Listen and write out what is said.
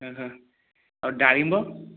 ଓହୋ ଆଉ ଡାଳିମ୍ବ